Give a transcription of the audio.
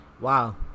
Wow